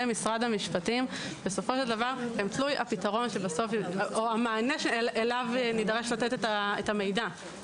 משרד המשפטים הם תלוי הפתרון או המענה שאליו נדרש לתת את המידע.